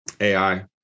AI